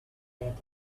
that